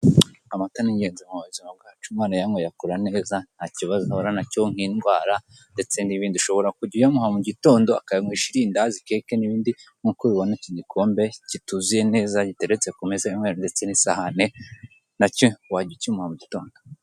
Amata n'ingenzi mu buzima bwacu, umwana uyanyweye akura neza, ntakibazo ahura nacyo nk'indwara ndetse n'ibindi ushobora kujya uyamuha mu gitondo akayanywesha irindazi, keke n'ibindi nk'uko ubibona iki gikombe kituzuye neza giteretse ku meza y'umweru ndetse n'isahane nacyo wajya ukimuha mu gitondo.